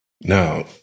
Now